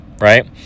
right